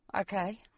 Okay